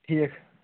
ٹھیٖک